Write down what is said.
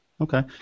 Okay